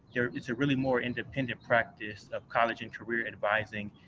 yeah it's a really more independent practice of college and career advising,